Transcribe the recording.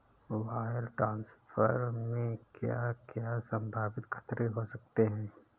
Wire transfer में क्या क्या संभावित खतरे हो सकते हैं?